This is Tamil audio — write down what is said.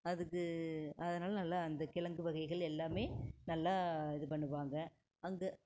அதுக்கு அதனால் நல்லா அந்த கிழங்கு வகைகள் எல்லாமே நல்லா இது பண்ணுவாங்க அங்கே